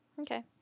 Okay